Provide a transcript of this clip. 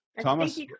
Thomas